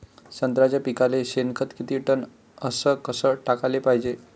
संत्र्याच्या पिकाले शेनखत किती टन अस कस टाकाले पायजे?